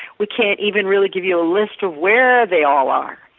we can't even really give you a list of where they all are.